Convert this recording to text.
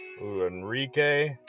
Enrique